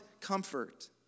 comfort